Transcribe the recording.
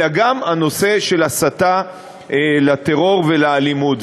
אלא גם בנושא של הסתה לטרור ולאלימות.